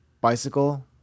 bicycle